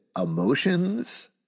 emotions